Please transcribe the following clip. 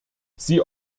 sie